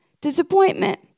disappointment